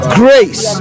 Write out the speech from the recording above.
grace